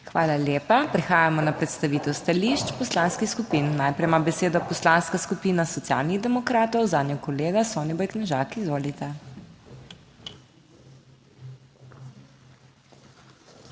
Hvala lepa. Prehajamo na predstavitev stališč poslanskih skupin. Najprej ima besedo Poslanska skupina Socialnih demokratov, zanjo kolega Soniboj Knežak, izvolite.